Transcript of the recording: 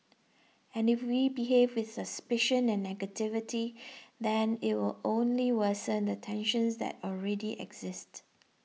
and if we behave with suspicion and negativity then it will only worsen the tensions that already exist